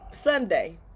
Sunday